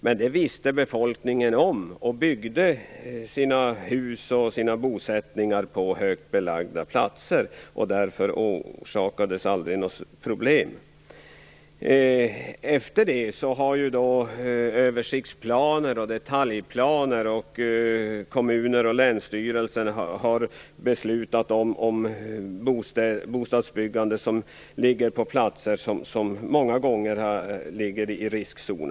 Men det visste befolkningen om. Man byggde därför sina hus eller bosättningar på högt belagda platser. Därmed uppstod aldrig några problem. Senare har kommuner och länsstyrelser genom översiktsplaner och detaljplaner beslutat om bostadsbyggande på platser som många gånger ligger i riskzonen.